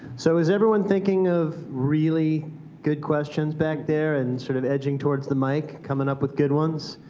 so is everyone thinking of really good questions back there, and sort of edging towards the mic, coming up with good ones?